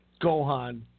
Gohan